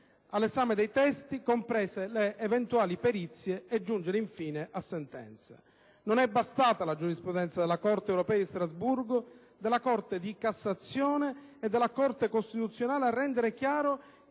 all'esame dei testi, comprese le eventuali perizie, e giungere infine a sentenza. Non è bastata la giurisprudenza della Corte europea di Strasburgo, della Corte di cassazione e della Corte costituzionale a rendere chiaro